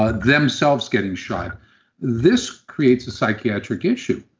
ah themselves getting shot this creates a psychiatric issue.